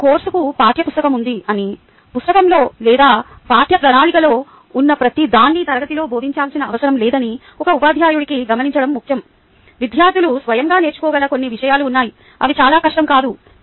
ప్రతి కోర్సుకు పాఠ్యపుస్తకం ఉందని పుస్తకంలో లేదా పాఠ్యప్రణాళికలో ఉన్న ప్రతిదాన్ని తరగతిలో బోధించాల్సిన అవసరం లేదని ఒక ఉపాధ్యాయుడికి గమనించడం ముఖ్యం విద్యార్థులు స్వయంగా నేర్చుకోగల కొన్ని విషయాలు ఉన్నాయి అవి చాలా కష్టం కాదు